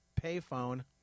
payphone